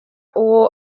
uwo